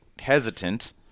hesitant